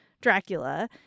Dracula